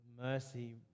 mercy